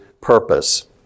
purpose